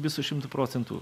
visu šimtu procentų